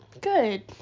Good